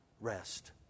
rest